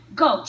go